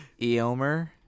Eomer